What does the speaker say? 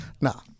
no